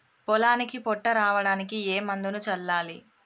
పొలానికి పొట్ట రావడానికి ఏ మందును చల్లాలి?